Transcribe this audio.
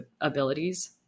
abilities